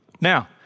Now